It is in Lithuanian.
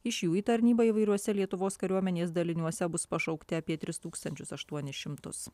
iš jų į tarnybą įvairiuose lietuvos kariuomenės daliniuose bus pašaukti apie tris tūkstančius aštuonis šimtus